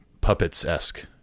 puppets-esque